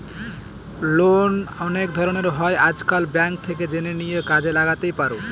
loan অনেক ধরনের হয় আজকাল, ব্যাঙ্ক থেকে জেনে নিয়ে কাজে লাগাতেই পারো